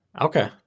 Okay